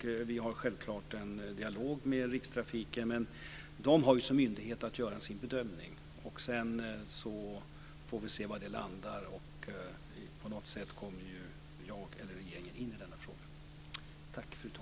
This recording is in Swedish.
Vi har självklart en dialog med Rikstrafiken. Men den har som myndighet att göra sin bedömning, och sedan får vi se var det landar. På något sätt kommer jag eller regeringen in i denna fråga.